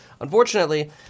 Unfortunately